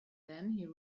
then